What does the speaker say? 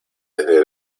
desde